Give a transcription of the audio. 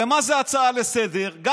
ומה זאת הצעה לסדר-היום?